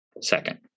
second